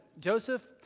Joseph